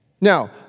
Now